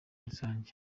rusange